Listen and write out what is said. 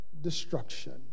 destruction